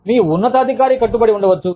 మీ ఉన్నతాధికారి కట్టుబడి ఉండవచ్చు